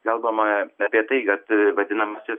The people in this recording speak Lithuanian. kalbama apie tai kad vadinamasis